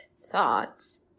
thoughts